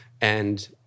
and-